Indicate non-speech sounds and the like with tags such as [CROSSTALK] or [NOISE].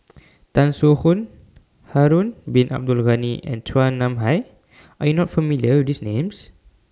[NOISE] Tan Soo Khoon Harun Bin Abdul Ghani and Chua Nam Hai Are YOU not familiar with These Names